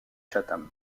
chatham